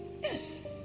Yes